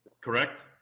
correct